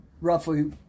roughly